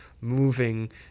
moving